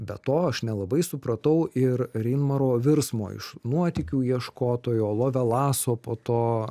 be to aš nelabai supratau ir reinmaro virsmo iš nuotykių ieškotojo lovelaso po to